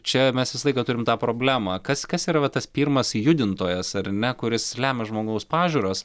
čia mes visą laiką turim tą problemą kas kas yra va tas pirmas judintojas ar ne kuris lemia žmogaus pažiūras